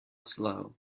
slow